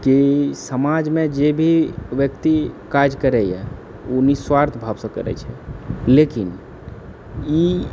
कि समाजमे जेभी व्यक्ति काज करैए ओ निःस्वार्थ भावसे करैत छै लेकिन ई